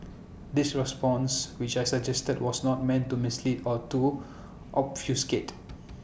this response which I suggested was not meant to mislead or to obfuscate